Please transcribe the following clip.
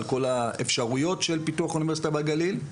על כל האפשרויות של פיתוח אוניברסיטה בגליל.